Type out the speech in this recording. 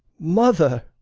mother,